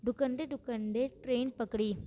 डुकंदे डुकंदे ट्रेन पकिड़ी